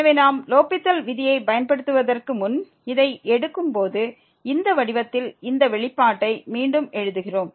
எனவே நாம் லோப்பித்தல் விதியைப் பயன்படுத்துவதற்கு முன் இதை எடுக்கும்போது இந்த வடிவத்தில் இந்த வெளிப்பாட்டை மீண்டும் எழுதுகிறோம்